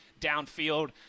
downfield